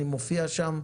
אני מופיע שם.